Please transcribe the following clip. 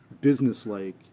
businesslike